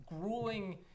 grueling